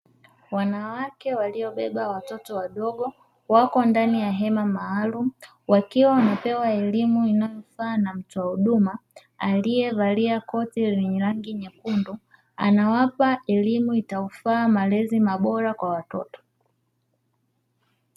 Wanawake waliobeba watoto wadogo wako ndani ya hema maalum, wakiwa wanapewa elimu inayofaa na mtoa huduma aliyevalia koti lenye rangi nyekundu, anawapa elimu itakayofaa malezi bora kwa watoto.